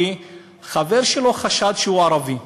כי חבר שלו חשד שהוא ערבי.